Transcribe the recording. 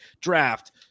draft